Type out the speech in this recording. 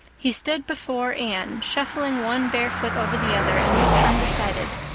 he stood before anne, shuffling one bare foot over the other, and looked undecided.